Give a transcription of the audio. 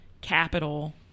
capital